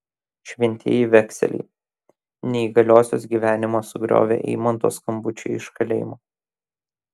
šventieji vekseliai neįgaliosios gyvenimą sugriovė eimanto skambučiai iš kalėjimo